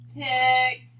picked